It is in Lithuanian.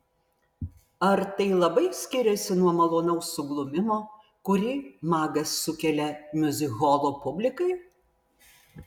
ar tai labai skiriasi nuo malonaus suglumimo kurį magas sukelia miuzikholo publikai